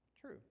True